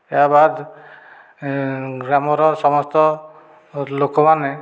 ଏହା ବାଦ୍ ଗ୍ରାମର ସମସ୍ତ ଲୋକମାନେ